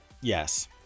Yes